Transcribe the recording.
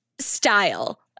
style